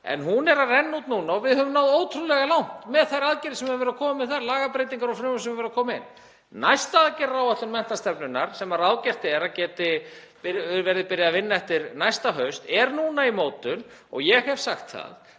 Hún er að renna út núna og við höfum náð ótrúlega langt með þær aðgerðir sem við höfum farið í þar, lagabreytingar og frumvörp sem við höfum komið með inn. Næsta aðgerðaáætlun menntastefnunnar, sem ráðgert er að verði byrjað að vinna eftir næsta haust, er núna í mótun og ég hef sagt að